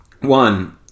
One